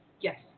Yes